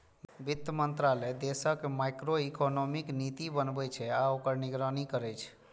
वित्त मंत्रालय देशक मैक्रोइकोनॉमिक नीति बनबै छै आ ओकर निगरानी करै छै